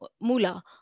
Mula